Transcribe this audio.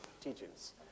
teachings